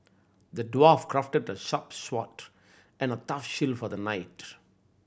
the dwarf crafted a sharp sword and a tough shield for the knight